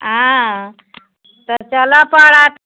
हँ ओ तऽ चलऽ पड़त